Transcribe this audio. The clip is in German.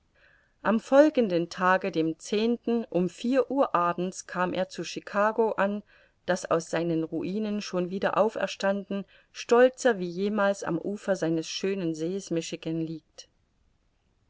am folgenden tage dem zehnten um vier uhr abends kam er zu chicago an das aus seinen ruinen schon wieder auferstanden stolzer wie jemals am ufer seines schönen sees michigan liegt